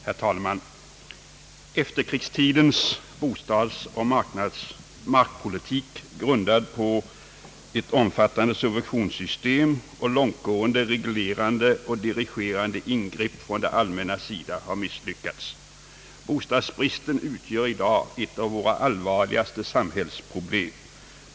Herr talman! »Efterkrigstidens bostadsoch markpolitik grundad på ett omfattande <:subventionssystem <:och långtgående reglerande och dirigerande ingrepp från det allmännas sida har misslyckats. Bostadsbristen utgör i dag ett av våra allvarligaste samhällsproblem.